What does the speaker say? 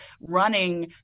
running